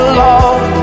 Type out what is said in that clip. love